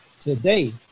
today